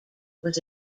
was